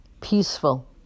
peaceful